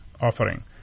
offering